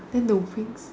then the wings